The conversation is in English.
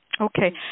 Okay